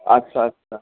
আচ্ছা আচ্ছা